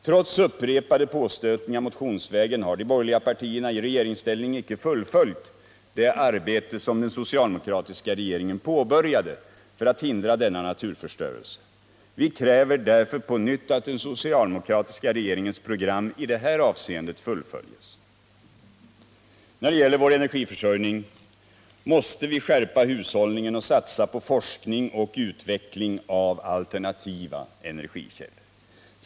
Trots upprepade påstötningar motionsvägen har de borgerliga partierna i regeringsställning icke fullföljt det arbete som den socialdemokratiska regeringen påbörjade för att hindra denna naturförstörelse. Vi kräver därför på nytt att den socialdemokratiska regeringens program i detta avseende fullföljs. När det gäller vår energiförsörjning måste vi skärpa hushållningen och satsa på forskning och utveckling av alternativa energikällor.